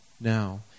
now